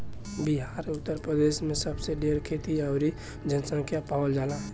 बिहार उतर प्रदेश मे सबसे ढेर खेती अउरी जनसँख्या पावल जाला